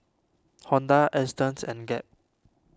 Honda Astons and Gap